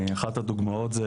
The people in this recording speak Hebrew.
אחת הדוגמאות,